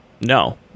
No